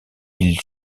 ils